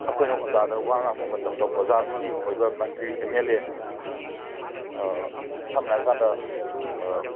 ꯑꯩꯈꯣꯏꯅ ꯑꯣꯖꯥꯗ ꯋꯥ ꯉꯥꯡꯕ ꯃꯇꯝꯗ ꯑꯣꯖꯥꯗꯨꯒꯤ ꯑꯣꯏꯕ ꯃꯟꯇ꯭ꯔꯤ ꯑꯦꯝ ꯑꯦꯜ ꯑꯦ ꯁꯝꯅ ꯍꯥꯏꯔꯀꯥꯟꯗ